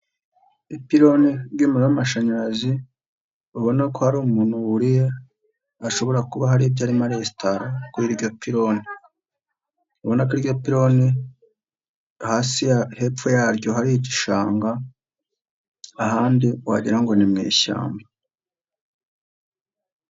Ipironi ry'umuriro w'amashanyarazi ubona ko hari umuntu wuriye ashobora kuba hari ibyo arimo aresitara kuri iryo pironi, ubona ko iryo pironi hasi, hepfo yaryo hari igishanga ahandi wagirango ngo ni mu ishyamba.